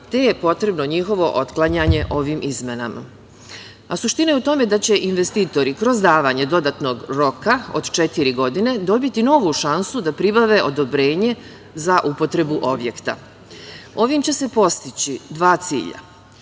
te je potrebno njihovo otklanjanje ovim izmenama. Suština je u tome da će investitori kroz davanje dodatnog roka od četiri godine dobiti novu šansu da pribave odobrenje za upotrebu objekta. Ovim će se postići dva cilja.